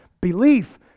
Belief